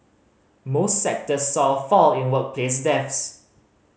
most sectors saw a fall in workplace deaths